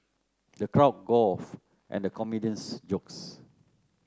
the crowd guffawed at the comedian's jokes